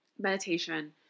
meditation